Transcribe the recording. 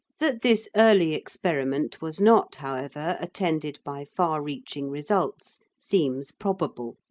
that this early experiment was not, however, attended by far-reaching results seems probable,